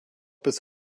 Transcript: bis